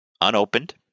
unopened